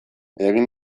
egin